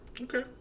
okay